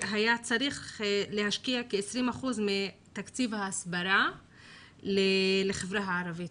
היה צריך להשקיע כ-20% מתקציב ההסברה בחברה הערבית,